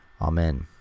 Amen